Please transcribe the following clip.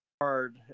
Hard